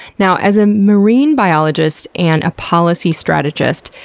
now, as a marine biologist and a policy strategist,